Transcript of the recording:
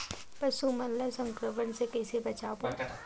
पशु मन ला संक्रमण से कइसे बचाबो?